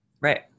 Right